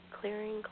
Clearing